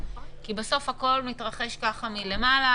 כי בסוף הכול מתרחש מלמעלה,